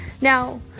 Now